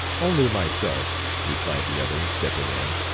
only myself, replied the other, stepping in.